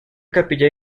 capilla